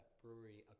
brewery